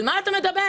על מה אתה מדבר?